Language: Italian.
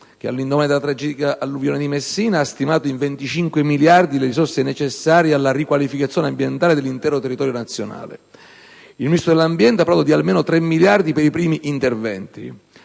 all'indomani della tragica alluvione di Messina, stimare in 25 miliardi di euro le risorse necessarie alla riqualificazione ambientale dell'intero territorio nazionale, mentre il Ministro dell'ambiente ha parlato di almeno 3 miliardi di euro per i primi interventi.